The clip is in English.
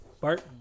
Bart